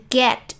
get